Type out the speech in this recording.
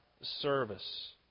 service